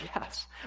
Yes